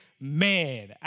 Man